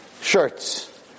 shirts